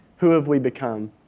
who have we become?